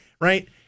right